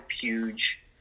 huge